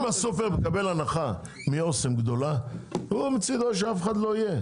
אם הסופר מקבל הנחה גדולה מאסם אז מצדו שאף אחד לא יהיה.